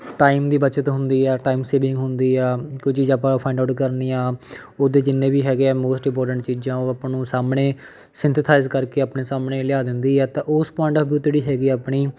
time ਦੀ ਬੱਚਤ ਹੁੰਦੀ ਆ ਟਾਈਮ ਸੇਵਿੰਗ ਹੁੰਦੀ ਆ ਕੋਈ ਚੀਜ਼ ਆਪਾਂ ਫਾਇੰਡ ਆਊਟ ਕਰਨੀ ਆ ਉਹਦੇ ਜਿੰਨੇ ਵੀ ਹੈਗੇ ਆ ਮੋਸਟ ਇੰਪੋਰਟੈਂਟ ਚੀਜ਼ਾਂ ਉਹ ਆਪਾਂ ਨੂੰ ਸਾਹਮਣੇ ਸਿੰਥੇਥਾਈਜ਼ ਕਰਕੇ ਆਪਣੇ ਸਾਹਮਣੇ ਲਿਆ ਦਿੰਦੀ ਹੈ ਤਾਂ ਉਸ ਪੁਆਇੰਟ ਆੱਫ ਵਿਊ 'ਤੇ ਜਿਹੜੀ ਹੈਗੀ ਆ ਆਪਣੀ